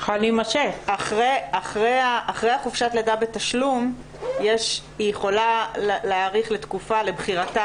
אחרי חופשת הלידה בתשלום היא יכולה להאריך לתקופה לבחירתה